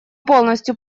полностью